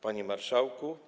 Panie Marszałku!